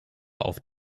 auf